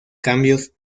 cambios